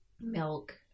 milk